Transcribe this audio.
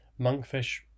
Monkfish